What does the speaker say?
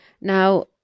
Now